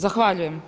Zahvaljujem.